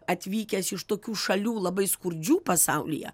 atvykęs iš tokių šalių labai skurdžių pasaulyje